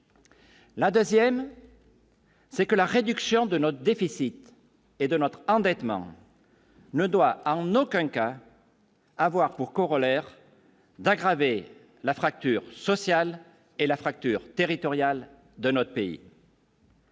La 2ème. C'est que la réduction de nos déficits et de notre endettement. Ne doit en aucun cas avoir pour corollaire d'aggraver la fracture sociale et la fracture territoriale de notre pays.